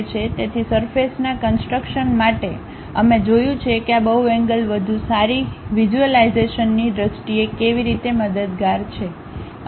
તેથી સરફેસના કન્સટ્રક્શન માટે અમે જોયું છે કે આ બહુએન્ગ્લ વધુ સારી વિઝ્યુલાઇઝેશનની દ્રષ્ટિએ કેવી રીતે મદદગાર છે